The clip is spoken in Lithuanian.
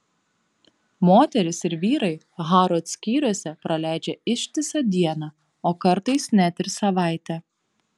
moterys ir vyrai harrods skyriuose praleidžia ištisą dieną o kartais net ir savaitę